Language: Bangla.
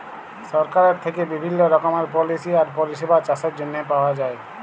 সরকারের থ্যাইকে বিভিল্ল্য রকমের পলিসি আর পরিষেবা চাষের জ্যনহে পাউয়া যায়